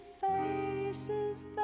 faces